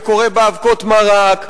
וקורה באבקות מרק,